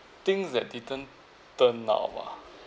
things that didn't turn out ah